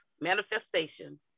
manifestation